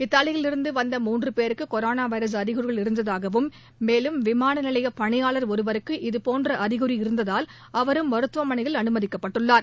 இத்தாலியிலிருந்து வந்த மூன்று பேருக்கு கொரோனா வைரஸ் அறிகுறிகள் இருந்ததாகவும் மேலும் விமானநிலைய பணியாளர் ஒருவருக்கு இதுபோன்ற அறிகுறி இருந்ததால் அவரும் மருத்துவமனையில் அனுமதிக்கப்பட்டுள்ளார்